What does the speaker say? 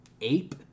ape